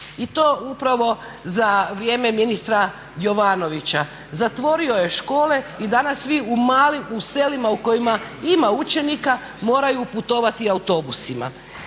i to upravo za vrijeme ministra Jovanovića. Zatvorio je škole i danas vi u selima u kojima ima učenika moraju putovati autobusima.